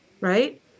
right